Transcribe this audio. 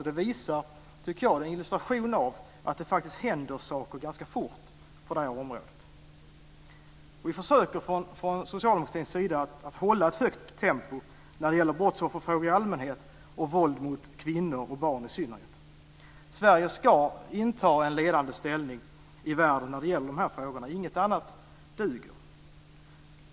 Det är en illustration till att det faktiskt händer saker ganska fort på det här området. Vi försöker från socialdemokratins sida att hålla ett högt tempo när det gäller brottsofferfrågor i allmänhet och våld mot kvinnor och barn i synnerhet. Sverige ska inta en ledande ställning i världen när det gäller de här frågorna. Inget annat duger.